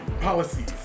policies